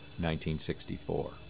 1964